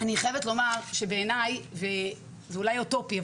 זה אולי אוטופי,